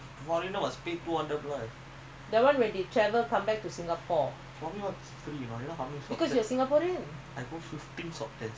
is good already government is helping I never until now I never go swab test I never go swab test because I think மஞ்ச:manja